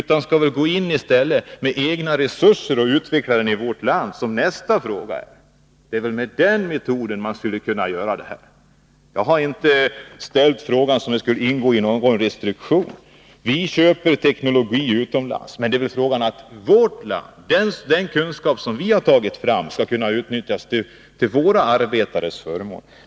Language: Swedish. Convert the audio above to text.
Man skall i stället gå in med egna resurser och utveckla processerna i vårt land, vilket nästa fråga handlar om. Det är med den metoden man skulle kunna reda upp detta. Jag har inte ställt frågan så att den skulle ingå i någon restriktion. Vi köper teknologi utomlands, men det är också fråga om att den kunskap vi har i vårt land skall kunna utnyttjas till våra arbetares förmån.